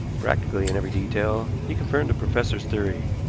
practically, in every detail, he confirmed the professor's theory,